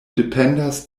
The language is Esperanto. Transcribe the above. dependas